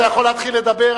אתה יכול להתחיל לדבר,